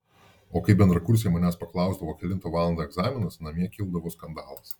o kai bendrakursiai manęs paklausdavo kelintą valandą egzaminas namie kildavo skandalas